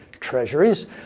treasuries